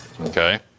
Okay